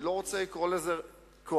אני לא רוצה לקרוא לזה קואליציונית,